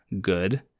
good